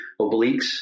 obliques